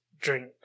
drink